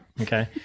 Okay